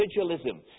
individualism